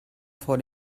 vor